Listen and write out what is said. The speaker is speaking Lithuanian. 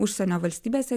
užsienio valstybėse